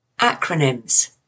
Acronyms